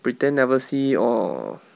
pretend never see or